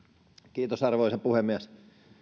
arvoisa puhemies